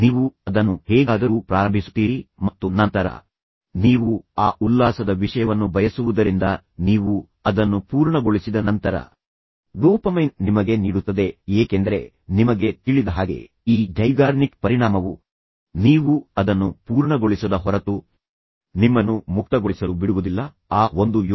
ನೀವು ಅದನ್ನು ಹೇಗಾದರೂ ಪ್ರಾರಂಭಿಸುತ್ತೀರಿ ಮತ್ತು ನಂತರ ನೀವು ಆ ಉಲ್ಲಾಸದ ವಿಷಯವನ್ನು ಬಯಸುವುದರಿಂದ ನೀವು ಅದನ್ನು ಪೂರ್ಣಗೊಳಿಸಿದ ನಂತರ ಡೋಪಮೈನ್ ನಿಮಗೆ ನೀಡುತ್ತದೆ ಏಕೆಂದರೆ ನಿಮಗೆ ತಿಳಿದ ಹಾಗೆ ಈ ಝೈಗಾರ್ನಿಕ್ ಪರಿಣಾಮವು ನೀವು ಅದನ್ನು ಪೂರ್ಣಗೊಳಿಸದ ಹೊರತು ನಿಮ್ಮನ್ನು ಮುಕ್ತಗೊಳಿಸಲು ಬಿಡುವುದಿಲ್ಲ ನೀವು ಅದನ್ನು ಹೇಗಾದರೂ ಪೂರ್ಣಗೊಳಿಸುತ್ತೀರಿ